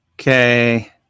Okay